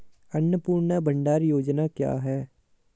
अन्नपूर्णा भंडार योजना क्या है?